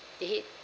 did he